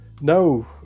no